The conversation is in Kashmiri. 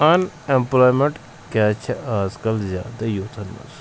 اَن اٮ۪مپٕلایمٮ۪نٛٹ کیٛازِ چھِ آز کَل زیادٕ یوٗتھَن منٛز